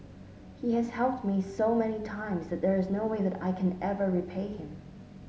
he has helped me so many times that there is no way that I can ever repay him